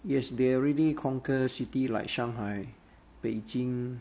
yes they already conquer city like shanghai beijing